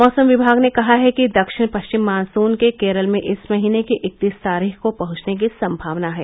मौसम विभाग ने कहा है कि दक्षिण पश्चिम मॉनसून के केरल में इस महीने की इकतीस तारीख को पहुंचने की संभावना है